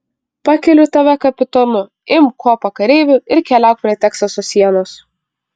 pakeliu tave kapitonu imk kuopą kareivių ir keliauk prie teksaso sienos